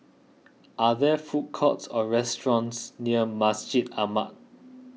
are there food courts or restaurants near Masjid Ahmad